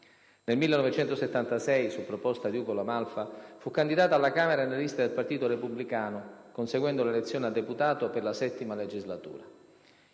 Nel 1976, su proposta di Ugo La Malfa, fu candidata alla Camera nelle liste del Partito Repubblicano, conseguendo l'elezione a deputato per la VII legislatura.